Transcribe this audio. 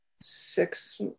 six